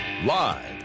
Live